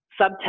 subtext